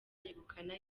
yegukana